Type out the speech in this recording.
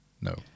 No